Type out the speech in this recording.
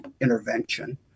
intervention